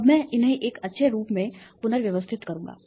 अब मैं इन्हें एक अच्छे रूप में पुनर्व्यवस्थित करूंगा